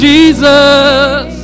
Jesus